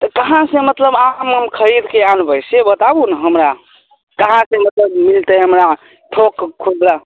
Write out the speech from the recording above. तऽ कहाँ से मतलब आम हम खरीदके आनबै से बताबु ने हमरा कहाँ से मतलब मिलतै हमरा थोक खुदरा